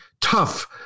tough